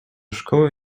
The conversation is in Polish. szkoły